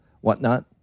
whatnot